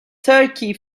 turkey